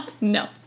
No